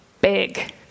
big